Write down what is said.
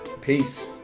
Peace